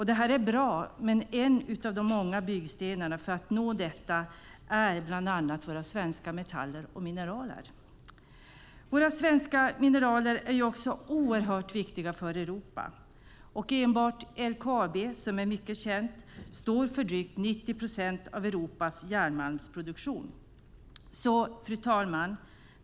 Det är bra, men en av de många byggstenarna för att nå detta är bland annat våra svenska metaller och mineraler. Våra svenska mineraler är ju också oerhört viktiga för Europa. Enbart LKAB, som är mycket känt, står för drygt 90 procent av Europas järnmalmsproduktion. Fru talman!